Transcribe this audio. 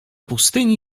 pustyni